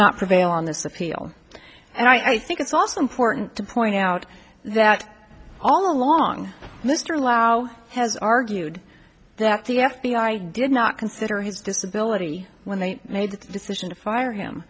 cannot prevail on this appeal and i think it's also important to point out that all along mr lao has argued that the f b i did not consider his disability when they made the decision to fire him